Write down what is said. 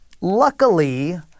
luckily